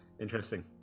Interesting